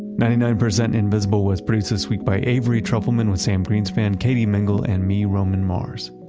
ninety nine percent invisible was produced this week by avery trufelman, with sam greenspan, katie mingle, and me, roman mars.